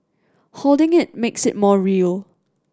holding it makes it more real